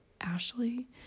Ashley